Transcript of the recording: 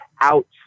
out